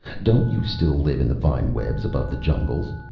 don't you still live in the vine-webs above the jungles?